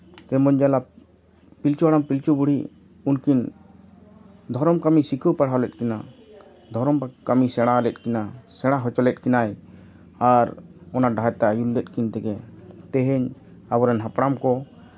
ᱡᱮᱢᱚᱱ ᱡᱟᱞᱟ ᱯᱤᱞᱪᱩ ᱦᱟᱲᱟᱢ ᱯᱤᱞᱪᱩ ᱵᱩᱲᱦᱤ ᱩᱱᱠᱤᱱ ᱫᱷᱚᱨᱚᱢ ᱠᱟᱹᱢᱤ ᱥᱤᱠᱷᱟᱹᱣ ᱯᱟᱲᱦᱟᱣ ᱞᱮᱫ ᱠᱤᱱᱟ ᱫᱷᱚᱨᱚᱢ ᱠᱟᱹᱢᱤ ᱥᱮᱬᱟ ᱞᱮᱫ ᱠᱤᱱᱟ ᱥᱮᱬᱟ ᱦᱚᱪᱚ ᱞᱮᱫ ᱠᱤᱱᱟᱭ ᱟᱨ ᱚᱱᱟ ᱰᱟᱦᱟᱨᱛᱮ ᱟᱹᱭᱩᱨ ᱞᱮᱫ ᱠᱤᱱ ᱛᱮᱜᱮ ᱛᱮᱦᱤᱧ ᱟᱵᱚᱨᱮᱱ ᱦᱟᱯᱲᱟᱢ ᱠᱚ